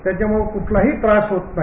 त्याच्यामुळे कुठलाही त्रास होत नाही